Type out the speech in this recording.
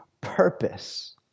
purpose